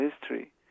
history